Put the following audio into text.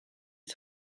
his